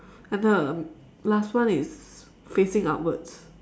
and the last one is facing upwards